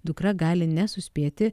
dukra gali nesuspėti